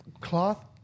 cloth